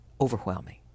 overwhelming